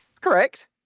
Correct